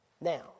Now